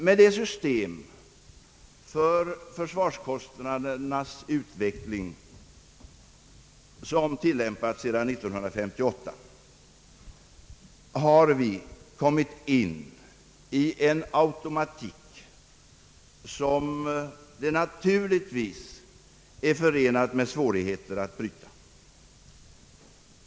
Med det system för försvarskostnadernas utveckling som tillämpats sedan 1958 har vi kommit in i en automatik, som det naturligtvis är förenat med svårigheter att bryta.